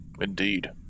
Indeed